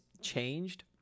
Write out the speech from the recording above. changed